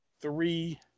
three